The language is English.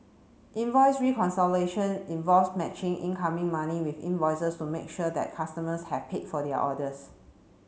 invoice reconciliation involves matching incoming money with invoices to make sure that customers have paid for their orders